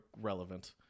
relevant